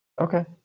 okay